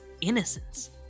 innocence